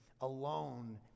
alone